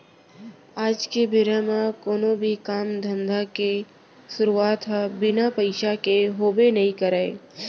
आज के बेरा म कोनो भी काम धंधा के सुरूवात ह बिना पइसा के होबे नइ करय